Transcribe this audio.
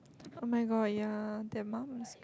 oh-my-god ya they're monks